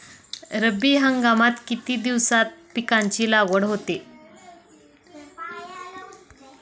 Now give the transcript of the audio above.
रब्बी हंगामात किती दिवसांत पिकांची लागवड होते?